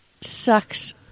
sucks